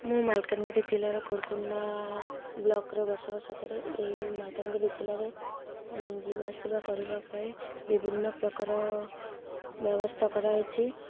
ମୁଁ ମାଲକାନଗିରି ଜିଲ୍ଲାର କୁରକୁଣ୍ଡା ବ୍ଲକରେ ବସବାସ କରେ ଏଇ ମାଲକାନଗିରି ଜିଲ୍ଲାରେ ଯିବା ଆସିବା କରିବା ପାଇଁ ବିଭିନ୍ନ ପ୍ରକାର ବ୍ୟବସ୍ଥା କରାହୋହଇଛି